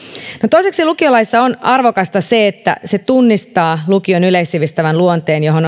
toisekseen lukiolaissa on arvokasta se että se tunnistaa lukion yleissivistävän luonteen johon